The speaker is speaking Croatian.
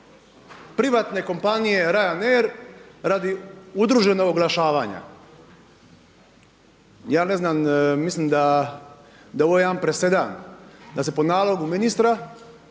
se ne razumije./ … radi udruženog oglašavanja. Ja ne znam mislim da je ovo jedan presedan da se po nalogu ministra,